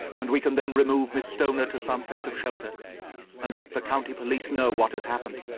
and we can then remove miss stoner to some place of shelter and let the county police know what has happened.